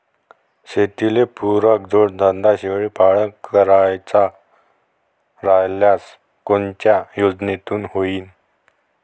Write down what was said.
शेतीले पुरक जोडधंदा शेळीपालन करायचा राह्यल्यास कोनच्या योजनेतून होईन?